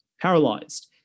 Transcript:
paralyzed